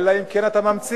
אלא אם כן אתה ממציא.